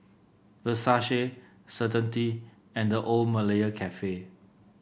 Versace Certainty and The Old Malaya Cafe